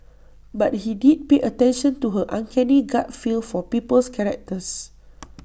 but he did pay attention to her uncanny gut feel for people's characters